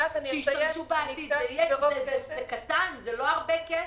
זה מספר קטן, זה לא הרבה כסף.